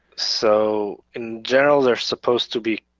so in general there's supposed to be,